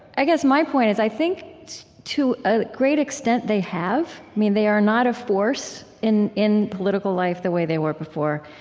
i guess my point is i think to a great extent they have. i mean, they are not a force in in political life the way they were before.